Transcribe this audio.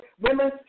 women